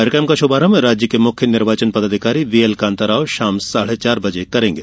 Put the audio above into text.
कार्यक्रम का शुभारंभ राज्य के मुख्य निर्वाचन पदाधिकारी वीएल कांताराव शाम साढ़े चार बजे करेंगे